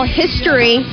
history